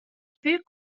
büyük